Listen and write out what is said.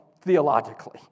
theologically